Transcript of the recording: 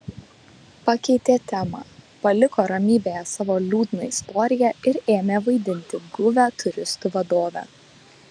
pakeitė temą paliko ramybėje savo liūdną istoriją ir ėmė vaidinti guvią turistų vadovę